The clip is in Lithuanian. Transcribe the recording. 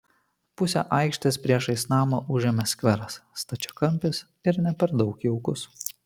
pusę aikštės priešais namą užėmė skveras stačiakampis ir ne per daug jaukus